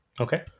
Okay